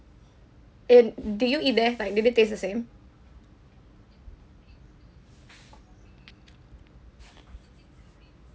it did you eat there like did it taste the same